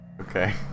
Okay